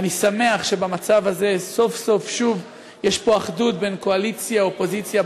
אני שמח שבמצב הזה סוף-סוף שוב יש פה אחדות בין קואליציה אופוזיציה.